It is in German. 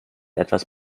etwas